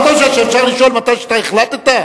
מה אתה חושב שאפשר לשאול מתי שאתה החלטת?